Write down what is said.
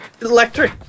electric